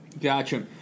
Gotcha